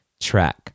track